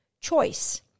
choice